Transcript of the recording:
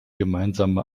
gemeinsame